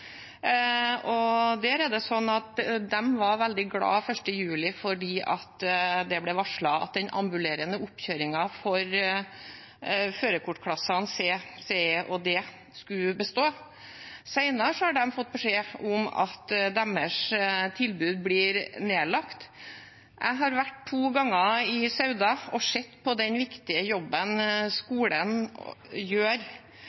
Der var de veldig glade 1. juli fordi det ble varslet at den ambulerende oppkjøringen for førerkortklassene C, CE og D skulle bestå. Senere har de fått beskjed om at deres tilbud blir nedlagt. Jeg har vært to ganger i Sauda og sett på den viktige jobben skolen gjør